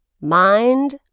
Mind